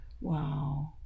Wow